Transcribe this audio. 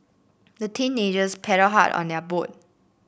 the teenagers paddled hard on their boat